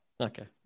Okay